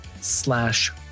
slash